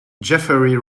jeffery